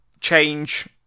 change